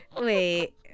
Wait